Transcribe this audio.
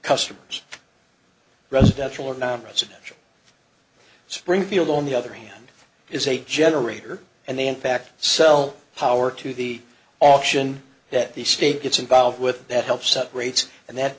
customers residential and nonresidential springfield on the other hand is a generator and they impact sell power to the option that the state gets involved with that helps set rates and that